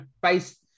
based